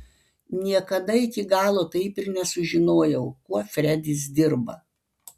niekada iki galo taip ir nesužinojau kuo fredis dirba